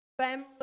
family